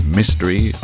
mystery